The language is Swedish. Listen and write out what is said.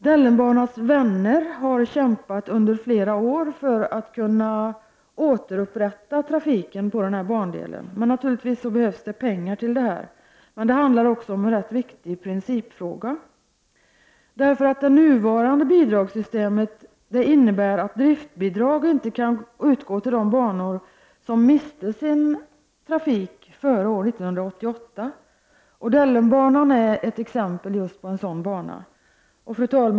Dellenbanans vänner har kämpat under flera år för att återupprätta trafiken på denna bandel. Naturligtvis behövs det pengar till det. Men det handlar också om en viktig principfråga. Det nuvarande bidragssystemet innebär nämligen att driftbidrag inte kan utgå till de banor som miste sin trafik före år 1988. Dellenbanan är ett exempel på en sådan bana.